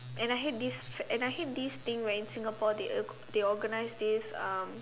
and I hate this fac~ and I hate this thing where in Singapore they they org~ organise this um